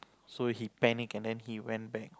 so he panic and then he went back